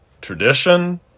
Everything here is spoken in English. tradition